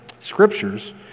scriptures